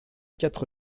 quatre